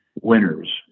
winners